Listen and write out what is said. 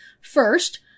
First